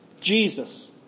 Jesus